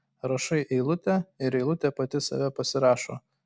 rašai eilutę ir eilutė pati save pasirašo